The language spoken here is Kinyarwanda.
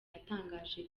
yatangaje